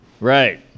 Right